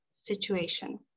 situation